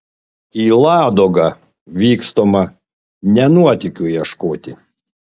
į ladogą vykstama ne nuotykių ieškoti